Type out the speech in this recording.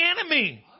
enemy